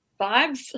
vibes